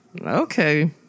Okay